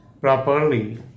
properly